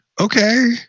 okay